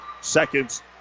seconds